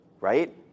right